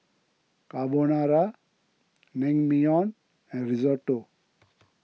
Carbonara Naengmyeon and Risotto